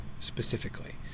specifically